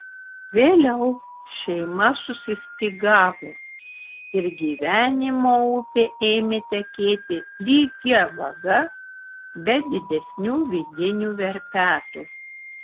vėliau šeima susistygavo ir gyvenimo upė ėmė tekėti lygia vaga be didesnių vidinių verpetų